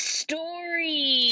story